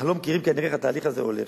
אנחנו כנראה לא מכירים איך התהליך הזה הולך.